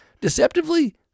deceptively